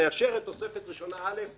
נאשר את תוספת ראשונה א',